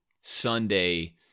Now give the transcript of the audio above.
Sunday